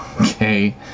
okay